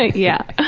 ah yeah.